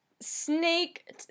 snake